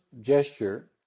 gesture